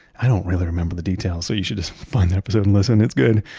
i don't really remember the details, so you should find that episode and listen. it's good.